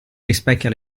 rispecchia